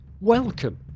welcome